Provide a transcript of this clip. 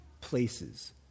places